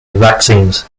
vaccines